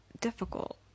difficult